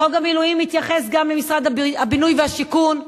חוק המילואים מתייחס גם למשרד הבינוי והשיכון,